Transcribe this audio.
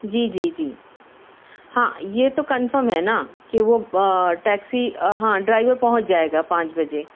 جی جی جی ہاں یہ تو کنفرم ہے نا کہ وہ ٹیکسی ہاں ڈرائیور پہونچ جائے گا پانچ بجے